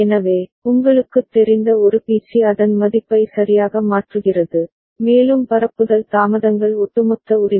எனவே உங்களுக்குத் தெரிந்த ஒரு பி சி அதன் மதிப்பை சரியாக மாற்றுகிறது மேலும் பரப்புதல் தாமதங்கள் ஒட்டுமொத்த உரிமை